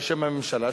בשם הממשלה,